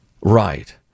Right